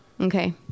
Okay